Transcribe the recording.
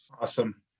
Awesome